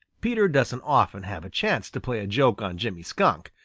peter doesn't often have a chance to play a joke on jimmy skunk.